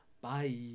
Bye